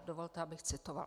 Dovolte, abych citovala: